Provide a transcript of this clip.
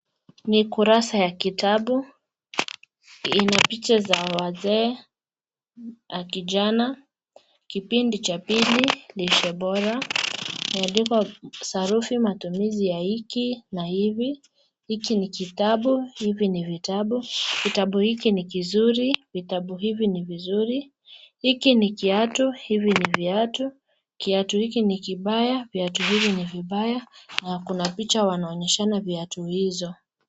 Ni kurasa ya kitabu, ina picha za wazee na kijana. Kipindi cha pili, lishe bora. Imeandikwa sarufi matumizi ya hiki na hivi. Hiki ni kitabu, hivi ni vitabu. Kitabu hiki ni kizuri, vitabu hivi ni vizuri. Hiki ni kiatu, hivi ni viatu. Kiatu hiki ni kibaya, viatu hivi ni vibaya na kuna picha wanaonyeshana viatu hizo.